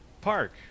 Park